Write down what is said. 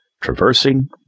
traversing